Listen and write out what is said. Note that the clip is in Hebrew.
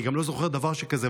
אני גם לא זוכר דבר שכזה,